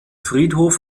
friedhof